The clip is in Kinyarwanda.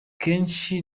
kenshi